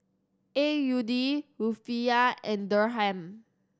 A U D Rufiyaa and Dirham